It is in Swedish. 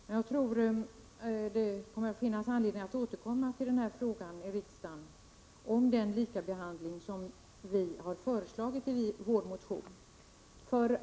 Men jag tror det kommer att finnas anledning att i riksdagen återkomma till frågan om den likabehandling som vi har föreslagit i vår motion.